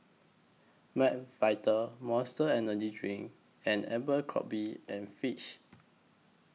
Mcvitie's Monster Energy Drink and Abercrombie and Fitch